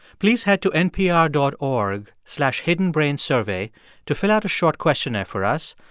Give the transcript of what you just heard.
please head to npr dot org slash hiddenbrainsurvey to fill out a short questionnaire for us.